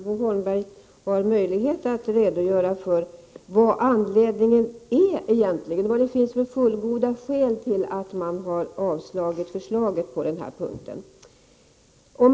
Bo Holmberg har möjlighet att redogöra för vad det finns för fullgoda skäl till att man har avstyrkt vårt förslag på denna punkt.